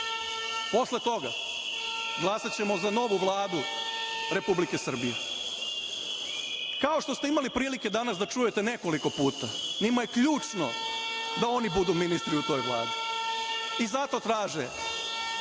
Posle toga, glasaćemo za novu vladu Republike Srbije. Kao što ste imali prilike danas da čujete nekoliko puta, njima je ključno da oni budu ministri u toj vladi, i zato traže,